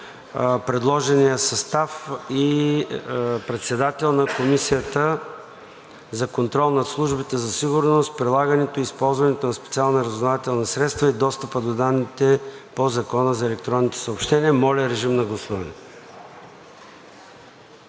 предложения състав и председател на Комисията за контрол над службите за сигурност, прилагането и използването на специалните разузнавателни средства и достъпа до данните по Закона за електронните съобщения. Гласували